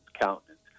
countenance